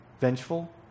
vengeful